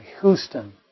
Houston